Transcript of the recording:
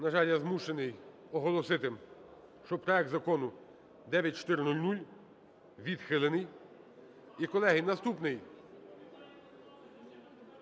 На жаль, я змушений оголосити, що проект закону 9400 відхилений. І, колеги, наступний.